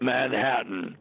Manhattan